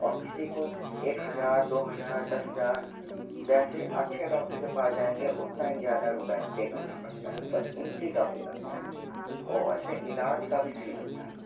और किसी को एक हज़ार दो हज़ार दस हज़ार जैसे अच्छे डॉक्टर के पास जाएँगे उतना ही ज़्यादा रुपये पर करना पड़ता है बस एंट्री का फ़ी लगता है और वैसे इलाज का भी फ़ी लगता है